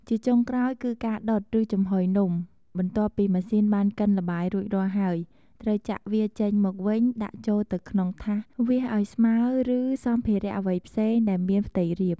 ជាចុងក្រោយ គឺការដុត ឬចំហុយនំ បន្ទាប់ពីម៉ាស៊ីនបានកិនល្បាយរួចរាល់ហើយ ត្រូវចាក់វាចេញមកវិញដាក់ចូលទៅក្នុង ថាស វាសឱ្យស្មើ ឬសំភារៈអ្វីផ្សេងដែលមានផ្ទៃរាប។